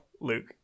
Luke